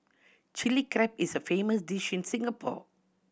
Chilli Crab is a famous dish in Singapore